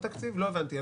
לא הבנתי.